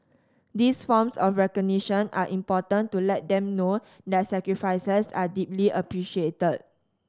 these forms of recognition are important to let them know their sacrifices are deeply appreciated